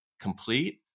complete